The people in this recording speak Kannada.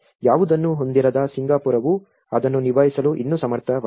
ಯಾವುದನ್ನೂ ಹೊಂದಿರದ ಸಿಂಗಾಪುರವು ಅದನ್ನು ನಿಭಾಯಿಸಲು ಇನ್ನೂ ಸಮರ್ಥವಾಗಿದೆ